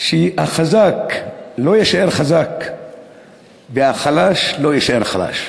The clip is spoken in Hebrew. שהחזק לא יישאר חזק והחלש לא יישאר חלש.